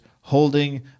holding